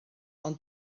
ond